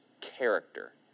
character